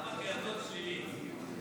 לא